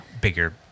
Bigger